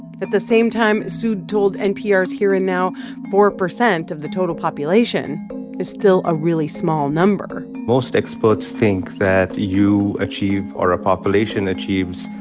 the same time, sood told npr's here and now four percent of the total population is still a really small number most experts think that you achieve, or a population achieves,